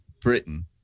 Britain